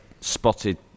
spotted